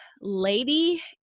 lady